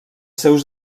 seus